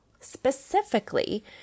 Specifically